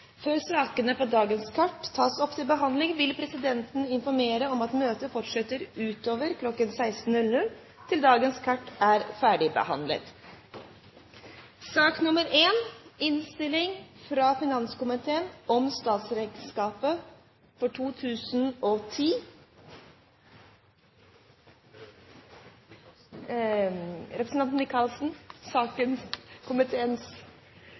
Før sakene på dagens kart tas opp til behandling, vil presidenten informere om at møtet fortsetter utover kl. 16 til dagens kart er ferdigbehandlet. Dette er jo ikke det mest lystelige av alt Stortinget diskuterer, men desto viktigere. Så jeg vil bare, på vegne av komiteen, si noen ord. For